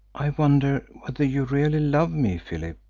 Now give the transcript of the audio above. i wonder whether you really love me, philip.